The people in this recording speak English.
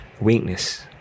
weakness